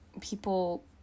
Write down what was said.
people